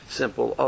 simple